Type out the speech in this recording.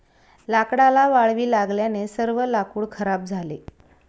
लाकडाला वाळवी लागल्याने सर्व लाकूड खराब झाले